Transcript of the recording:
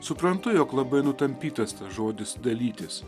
suprantu jog labai nutampytas tas žodis dalytis